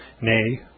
nay